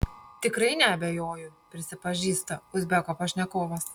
tikrai neabejoju prisipažįsta uzbeko pašnekovas